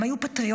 הם היו פטריוטים.